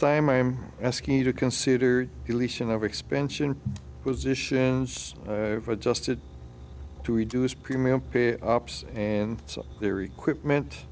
time i'm asking you to consider deletion over expansion was issuance of adjusted to reduce premium pay ups and so their equipment